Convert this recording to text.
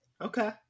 Okay